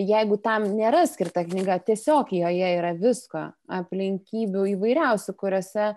jeigu tam nėra skirta knyga tiesiog joje yra visko aplinkybių įvairiausių kuriose